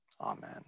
Amen